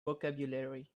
vocabulary